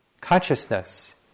consciousness